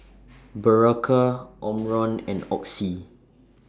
Berocca Omron and Oxy